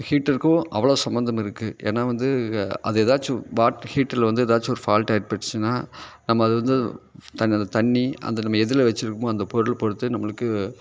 ஹீட்டர்க்கும் அவ்வளோ சம்மந்தம் இருக்குது ஏனால் வந்து அது ஏதாச்சும் வாட்டர் ஹீட்டரில் வந்து ஏதாச்சும் ஒரு ஃபால்ட் ஆயிப் போச்சுன்னா நம்ம அதை வந்து தண்ணியில் தண்ணீர் அந்த நம்ம எதில் வச்சுருக்கமோ அந்தப் பொருள் பொருத்து நம்மளுக்கு